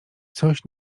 coś